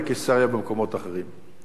בקיסריה ובמקומות אחרים.